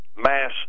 mass